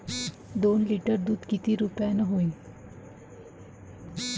दोन लिटर दुध किती रुप्याचं हाये?